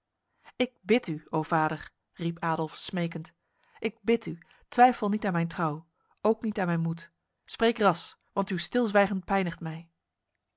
ik bid u o vader riep adolf smekend ik bid u twijfel niet aan mijn trouw ook niet aan mijn moed spreek ras want uw stilzwijgen pijnigt mij